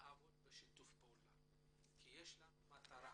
לעבוד בשיתוף פעולה, כי יש לנו מטרה